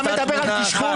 אתה מדבר על קשקוש?